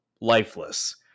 lifeless